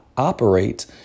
Operate